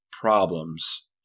problems